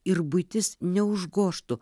ir buitis neužgožtų